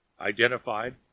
identified